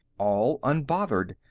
all unbothered.